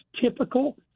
typical